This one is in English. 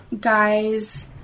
guys